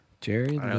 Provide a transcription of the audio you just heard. Jerry